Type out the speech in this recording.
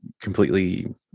completely